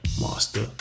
Master